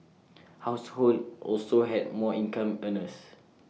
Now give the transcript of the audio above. households also had more income earners